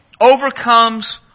overcomes